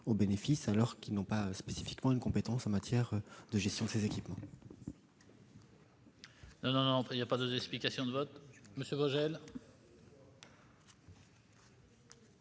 bénéfices alors qu'ils n'ont pas spécifiquement une compétence en matière de gestion de ces équipements.